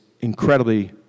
incredibly